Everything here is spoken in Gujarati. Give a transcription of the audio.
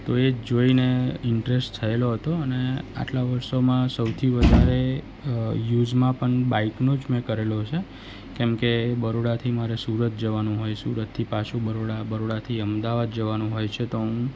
તો એ જોઈને ઇન્ટરેસ્ટ થયેલો હતો અને આટલા વર્ષોમાં સૌથી વધારે યુઝમાં પણ બાઈકનો જ મેં કરેલો છે કેમકે બરોડાથી મારે સુરત જવાનું હોય સુરતથી પાછું બરોડા બરોડાથી અમદાવાદ જવાનું હોય છે તો હું